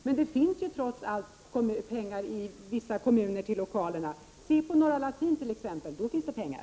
Men det finns ju trots allt pengar i vissa kommuner till lokalerna. Se t.ex. på Norra Latin! Där fanns det pengar.